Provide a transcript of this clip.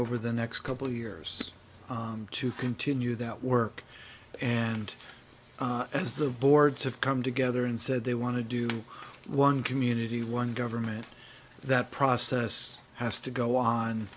over the next couple of years to continue that work and as the boards have come together and said they want to do one community one government that process has to go on